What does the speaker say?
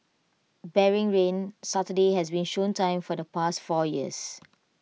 barring rain Saturday has been show time for the past four years